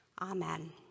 Amen